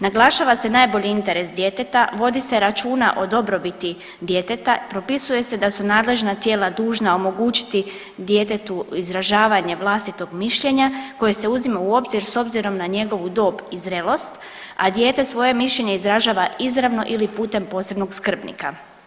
Naglašava se najbolji interes djeteta, vodi se računa o dobrobiti djeteta, propisuje se da su nadležna tijela dužna omogućiti djetetu izražavanje vlastitog mišljenja koje se uzima u obzir s obzirom na njegovu dob i zrelost, a dijete svoje mišljenje izražava izravno ili putem posebnog skrbnika.